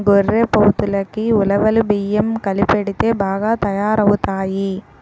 గొర్రెపోతులకి ఉలవలు బియ్యం కలిపెడితే బాగా తయారవుతాయి